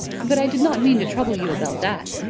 but i did not mean to trouble you about that.